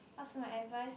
what's my advice